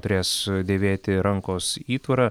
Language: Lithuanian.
turės dėvėti rankos įtvarą